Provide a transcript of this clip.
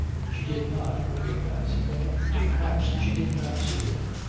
she did not recognize him perhaps she did not see him.